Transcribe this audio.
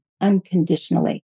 unconditionally